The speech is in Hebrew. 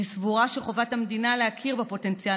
אני סבורה שחובת המדינה להכיר בפוטנציאל